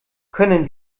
können